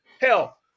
hell